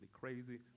crazy